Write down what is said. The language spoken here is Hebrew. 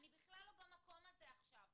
אני בכלל לא במקום הזה עכשיו.